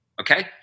okay